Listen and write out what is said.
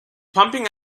pumping